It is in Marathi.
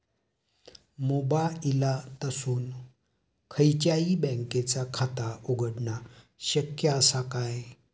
मोबाईलातसून खयच्याई बँकेचा खाता उघडणा शक्य असा काय?